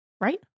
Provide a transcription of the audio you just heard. Right